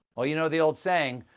ah you know the old saying,